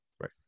Right